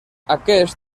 aquest